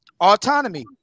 autonomy